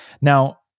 Now